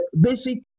basic